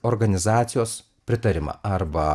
organizacijos pritarimą arba